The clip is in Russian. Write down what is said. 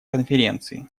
конференции